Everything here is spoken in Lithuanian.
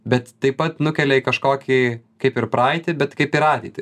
bet taip pat nukelia į kažkokį kaip ir praeitį bet kaip ir ateitį